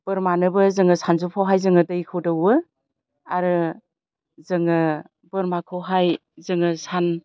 बोरमानोबो जोङो सानजौफुआवहाय जोङो दैखौ दौवो आरो जोङो बोरमाखौहाय जोङो सान